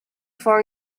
for